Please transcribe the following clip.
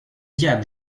diable